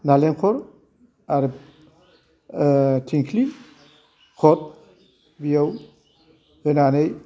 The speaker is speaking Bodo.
नालेंखर आरो थिंख्लि घट बेयाव होनानै